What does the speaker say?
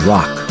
Rock